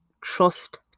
trust